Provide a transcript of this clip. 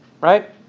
Right